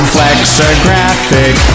Flexographic